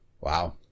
Wow